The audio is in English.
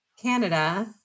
canada